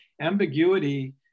ambiguity